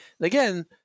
again